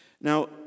Now